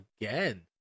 again